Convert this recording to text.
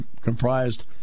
comprised